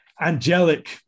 angelic